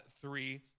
three